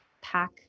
pack